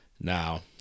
Now